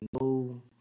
no